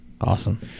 Awesome